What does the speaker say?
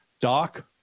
doc